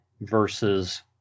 versus